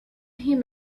him